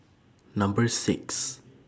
Number six